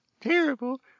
terrible